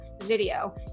video